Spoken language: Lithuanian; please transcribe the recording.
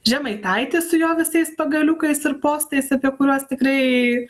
žemaitaitis su jo visais pagaliukais ir postais apie kuriuos tikrai